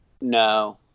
No